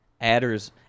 Adders